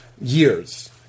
Years